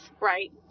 right